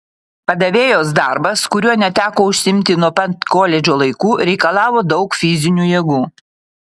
padavėjos darbas kuriuo neteko užsiimti nuo pat koledžo laikų reikalavo daug fizinių jėgų